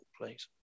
please